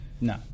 No